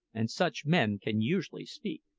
and such men can usually speak.